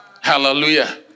Hallelujah